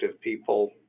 people